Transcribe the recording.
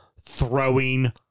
throwing